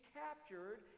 captured